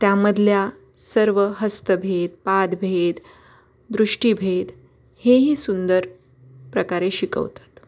त्यामधल्या सर्व हस्तभेद पादभेद दृष्टीभेद हेही सुंदर प्रकारे शिकवतात